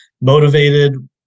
motivated